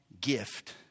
gift